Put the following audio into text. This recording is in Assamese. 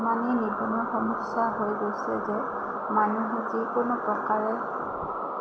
ইমানেই নিবনুৱা সমস্য়া হৈ গৈছে যে মানুহে যিকোনো প্ৰকাৰে